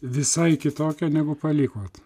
visai kitokia negu palikot